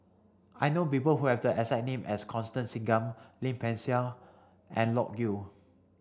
I know people who have the name as Constance Singam Lim Peng Siang and Loke Yew